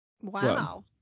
Wow